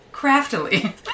craftily